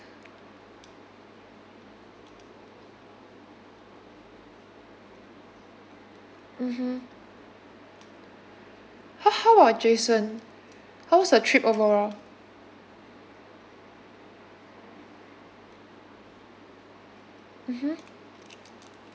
mmhmm h~ how about jason how was your trip overall mmhmm